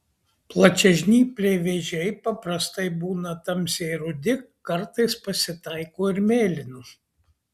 plačiažnypliai vėžiai paprastai būna tamsiai rudi kartais pasitaiko ir mėlynų